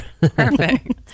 Perfect